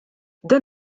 dan